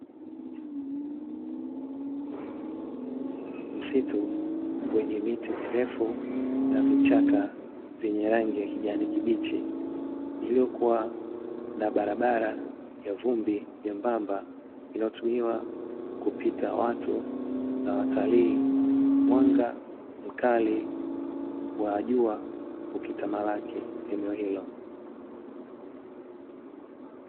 Msitu wenye miti mirefu na vichaka vyenye rangi ya kijani kibichi, iliyokuwa na barabara ya vumbi nyembamba; inayotumiwa kupita watu na watalii, mwanga mkali wa jua ukitamalaki eneo hilo.